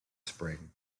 spring